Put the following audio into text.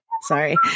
sorry